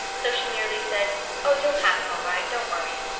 so she merely said oh, you'll pass all right. don't worry.